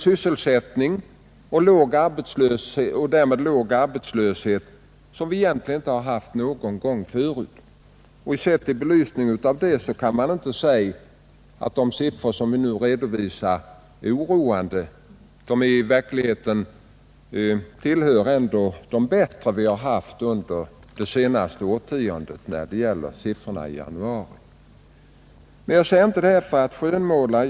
Sysselsättningen var då högre än den egentligen varit någon gång tidigare och arbetslösheten var därmed låg. Jag säger inte detta för att skönmåla.